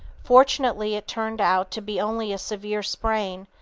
fortunately it turned out to be only a severe sprain,